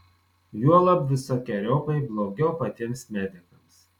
juolab visokeriopai blogiau patiems medikams